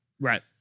right